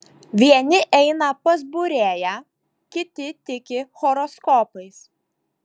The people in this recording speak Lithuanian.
vieni eina pas būrėją kiti tiki horoskopais